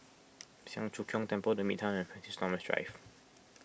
Siang Cho Keong Temple the Midtown and Francis Thomas Drive